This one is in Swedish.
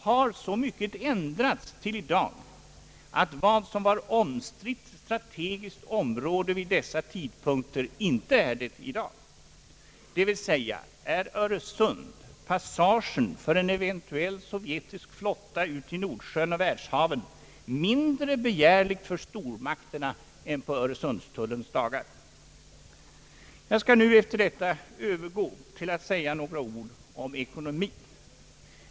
Har så mycket ändrats till i dag att vad som var omstritt strategiskt område vid dessa tidpunkter inte är det i dag? D. v. s. är Öresund, passagen för en eventuell sovjetisk flotta ut till Nordsjön och världshaven, mindre begärlig för stormakterna än på Öresundstullens dagar? Jag skall nu övergå till att säga några ord om ekonomien.